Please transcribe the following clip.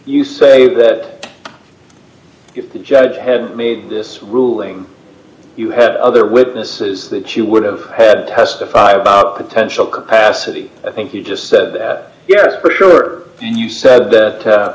you say that the judge had made this ruling you had other witnesses that you would have had to testify about potential capacity i think you just said that yes for sure then you said that